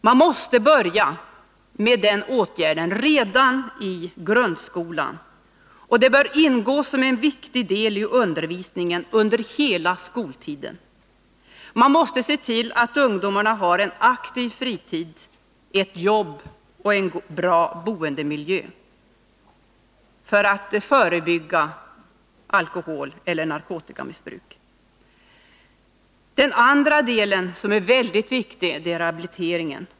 Man måste börja med sådana redan i grundskolan, och de bör ingå som en viktig del i undervisningen under hela skoltiden. För att förebygga alkoholoch narkotikamissbruk måste man se till att ungdomarna har en aktiv fritid, ett jobb och en bra boendemiljö. För det andra är det rehabilitering.